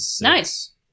Nice